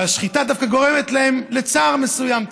שהשחיטה דווקא גורמת להם לצער מסוים,